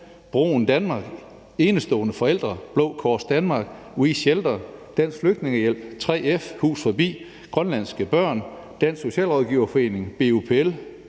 BROEN Danmark, Enestående Forældre, Blå Kors Danmark, WeShelter, Dansk Flygtningehjælp, 3F, Hus Forbi, Grønlandske Børn, Dansk Socialrådgiverforening, BUPL,